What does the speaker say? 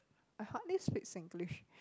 I hardly speak Singlish